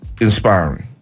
Inspiring